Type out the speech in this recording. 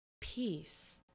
peace